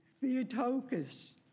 Theotokos